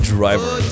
Driver